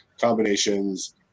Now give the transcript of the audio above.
combinations